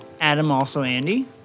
AdamAlsoandy